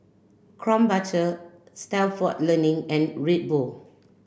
Krombacher Stalford Learning and Red Bull